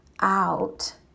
out